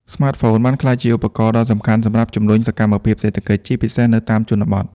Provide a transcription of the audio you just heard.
ស្មាតហ្វូនបានក្លាយជាឧបករណ៍ដ៏សំខាន់សម្រាប់ជំរុញសកម្មភាពសេដ្ឋកិច្ច ជាពិសេសនៅតាម ជនបទ។